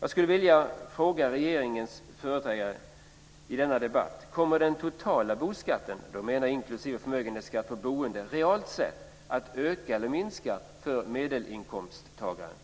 Jag skulle vilja ställa en fråga till regeringens företrädare i denna debatt. Kommer den totala boskatten, då menar jag inklusive förmögenhetsskatt på boendet, realt sett att öka eller minska för medelinkomsttagaren?